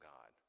God